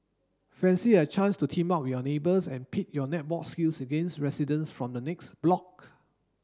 fancy a chance to team up with your neighbours and pit your netball skills against residents from the next block